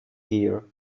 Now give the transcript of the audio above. here